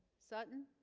sutton,